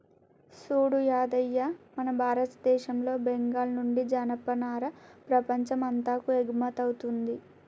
సూడు యాదయ్య మన భారతదేశంలో బెంగాల్ నుండి జనపనార ప్రపంచం అంతాకు ఎగుమతౌతుంది